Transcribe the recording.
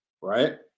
right